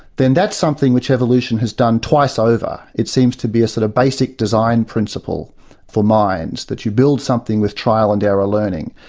then that's something which evolution has done twice over. it seems to be a sort of basic design principle for minds, that you build something with trial and error learning.